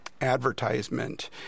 advertisement